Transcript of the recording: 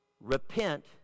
Repent